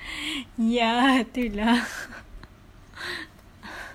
ya tu lah